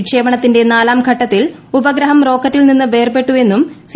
വിക്ഷേപണത്തിന്റെ നാലാം ഘട്ടത്തിൽ ഉപഗ്രഹം റോക്കറ്റിൽനിന്ന് വേർപെട്ടുവെന്നും സി